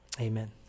Amen